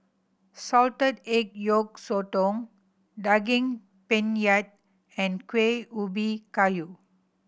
salted egg yolk sotong Daging Penyet and Kueh Ubi Kayu